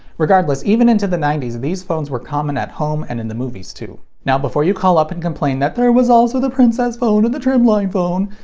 regardless, even into the nineties, these phones were common at home, and in the movies, too. now before you call up and complain that there was also the princess phone and the trimline phone!